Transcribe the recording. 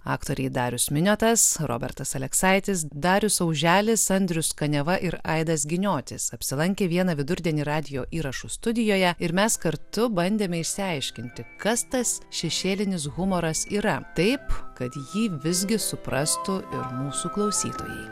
aktoriai darius miniotas robertas aleksaitis darius auželis andrius kaniava ir aidas giniotis apsilankė vieną vidurdienį radijo įrašų studijoje ir mes kartu bandėme išsiaiškinti kas tas šešėlinis humoras yra taip kad jį visgi suprastų ir mūsų klausytojai